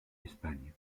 espagne